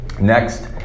next